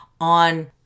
on